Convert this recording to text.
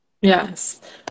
yes